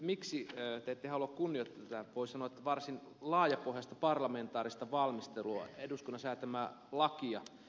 miksi te ette halua kunnioittaa tätä voi sanoa varsin laajapohjaista parlamentaarista valmistelua eduskunnan säätämää lakia